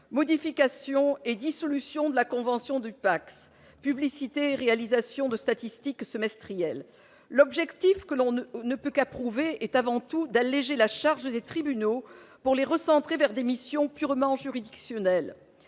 modification et dissolution de la convention du Pacs, publicité, réalisation de statistiques semestrielles, l'objectif que l'on ne ne peut qu'approuver est avant tout d'alléger la charge des tribunaux pour les recentrer vers des missions purement juridictionnel,